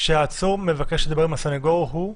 כשהעצור מבקש לדבר עם הסנגור, הוא-?